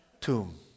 tomb